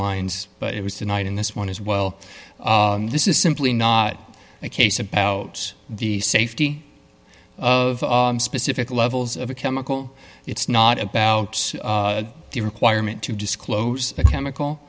lines but it was tonight in this one as well this is simply not a case about the safety of specific levels of a chemical it's not about the requirement to disclose a chemical